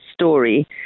story